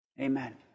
amen